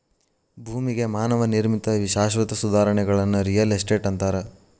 ಭೂಮಿಗೆ ಮಾನವ ನಿರ್ಮಿತ ಶಾಶ್ವತ ಸುಧಾರಣೆಗಳನ್ನ ರಿಯಲ್ ಎಸ್ಟೇಟ್ ಅಂತಾರ